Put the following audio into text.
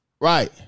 Right